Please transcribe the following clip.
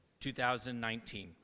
2019